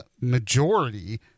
majority